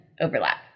overlap